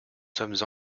sommes